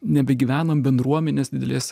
nebegyvenam bendruomenėse didelėse